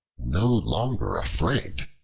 no longer afraid,